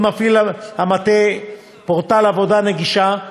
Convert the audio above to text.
המטה מפעיל גם פורטל עבודה נגישה,